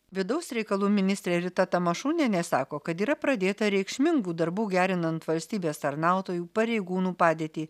vidaus reikalų ministrė rita tamašunienė sako kad yra pradėta reikšmingų darbų gerinant valstybės tarnautojų pareigūnų padėtį